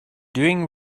doing